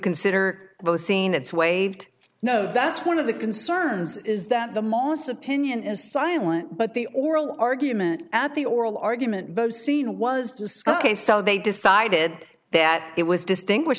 consider the scene it's waived no that's one of the concerns is that the mos opinion is silent but the oral argument at the oral argument both seen was discussed case so they decided that it was distinguish